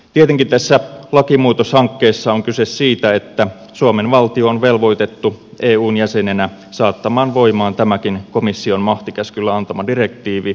tietenkin tässä lakimuutoshankkeessa on kyse siitä että suomen valtio on velvoitettu eun jäsenenä saattamaan voimaan tämäkin komission mahtikäskyllä antama direktiivi